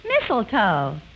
mistletoe